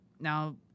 Now